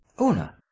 Una